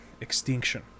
Extinction